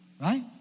Right